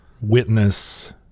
Witness